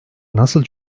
nasıl